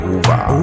over